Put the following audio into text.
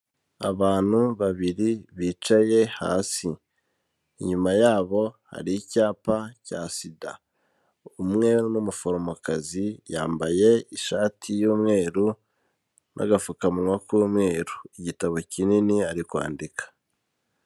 Abantu babiri bicaye hasi. Inyuma yabo, hari icyapa cya SIDA. Umwe ni umuforomokazi, yambaye ishati y'umweru n'agapfukanwa k'umweru. Igitabo kinini, ari kwandika.